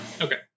okay